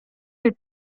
ryb